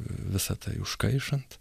visa tai užkaišant